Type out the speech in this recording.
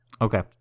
Okay